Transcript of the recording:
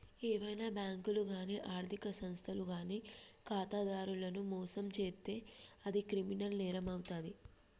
ఏవైనా బ్యేంకులు గానీ ఆర్ధిక సంస్థలు గానీ ఖాతాదారులను మోసం చేత్తే అది క్రిమినల్ నేరమవుతాది